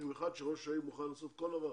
במיוחד שראש העיר מוכן לעשות כל דבר